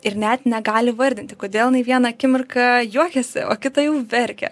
ir net negali įvardinti kodėl jinai vieną akimirką juokiasi o kitą jau verkia